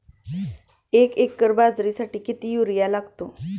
एक एकर बाजरीसाठी किती युरिया लागतो?